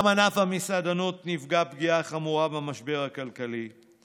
גם ענף המסעדנות נפגע פגיעה חמורה במשבר הכלכלי,